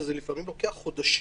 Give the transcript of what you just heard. ולפעמים זה לוקח חודשים.